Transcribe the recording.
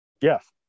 Yes